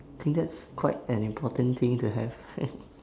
think that's quite an important thing to have